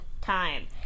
time